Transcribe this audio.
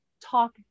talk